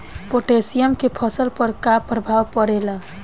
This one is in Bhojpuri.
पोटेशियम के फसल पर का प्रभाव पड़ेला?